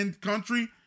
country